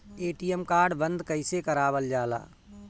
ATM card बन्द कईसे करावल जाला?